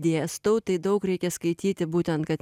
dėstau tai daug reikia skaityti būtent kad